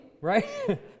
right